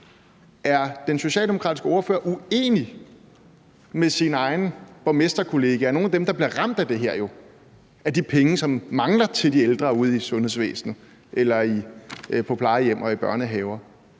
Er den socialdemokratiske ordfører uenig med sine egne borgmesterkollegaer? Det er nogle af dem, der jo bliver ramt af det her og af, at der mangler penge til de ældre ude i sundhedsvæsenet – eller på plejehjem og i børnehaver.